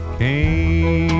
came